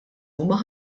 huma